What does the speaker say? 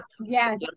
Yes